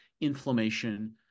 inflammation